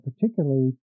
particularly